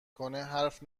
کنه، حرف